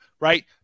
right